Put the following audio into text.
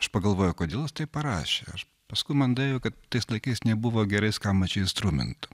aš pagalvojau kodėl jis taip parašė paskui man daėjo kad tais laikais nebuvo gerai skambančių instrumentų